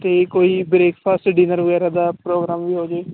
ਅਤੇ ਕੋਈ breakfast dinner ਵਗੈਰਾ ਦਾ ਪ੍ਰੋਗਰਾਮ ਵੀ ਹੋ ਜਾਵੇ